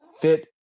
Fit